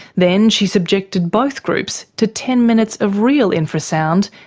then she subjected both groups to ten minutes of real infrasound,